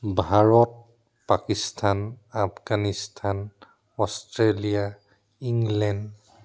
Bharat Pakistan Afghanistan Australia England